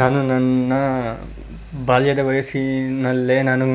ನಾನು ನನ್ನ ಬಾಲ್ಯದ ವಯಸ್ಸಿನಲ್ಲೇ ನಾನು